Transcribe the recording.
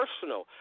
personal